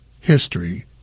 history